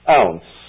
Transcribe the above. ounce